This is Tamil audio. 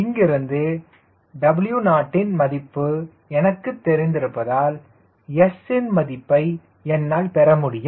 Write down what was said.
இங்கிருந்து WO ன் மதிப்பு எனக்கு தெரிந்திருப்பதால் S ன் மதிப்பை என்னால் பெற முடியும்